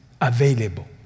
available